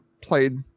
played